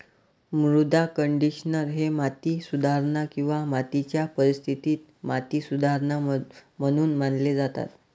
मृदा कंडिशनर हे माती सुधारणा किंवा मातीच्या परिस्थितीत माती सुधारणा म्हणून मानले जातात